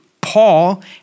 Paul